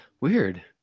Weird